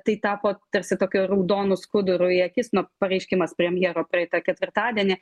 tai tapo tarsi tokia raudonu skuduru į akis nuo pareiškimas premjero praeitą ketvirtadienį